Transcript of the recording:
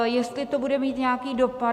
Jestli to bude mít nějaký dopad.